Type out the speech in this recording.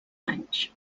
anys